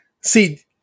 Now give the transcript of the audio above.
see